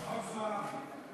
וחוק זועבי.